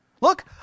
Look